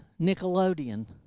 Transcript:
Nickelodeon